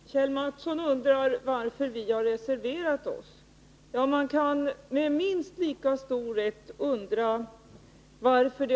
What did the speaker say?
Herr talman! Kjell Mattsson undrar varför vi har reserverat oss. Man kan med minst lika stor rätt undra varför